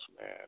man